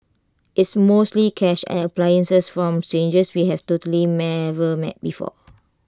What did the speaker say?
it's mostly cash and appliances from strangers we have totally never met before